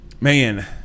Man